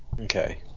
Okay